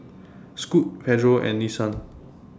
Scoot Pedro and Nissan